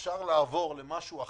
שאפשר לעבור למשהו אחר,